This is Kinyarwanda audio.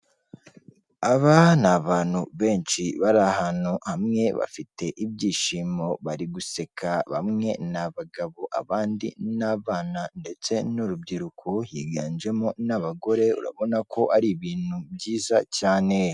Aba ni abantu benshi bari ahantu hamwe, bafite ibyishimo bari guseka bamwe ni abagabo abandi ni abana ndetse n'urubyiruko higanjemo n'abagore urabona ko ari ibintu byiza cyane.